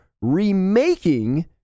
remaking